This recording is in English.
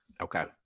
okay